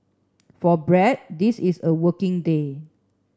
for Brad this is a working day